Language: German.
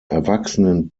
erwachsenen